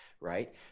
Right